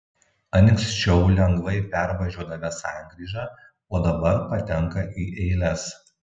anksčiau lengvai pervažiuodavę sankryžą o dabar patenka į eiles